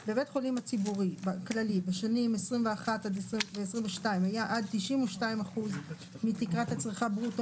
(1)השרים או מי שהסמיכו לכך מבין עובדי משרדיהם,